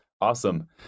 awesome